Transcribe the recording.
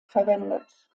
verwendet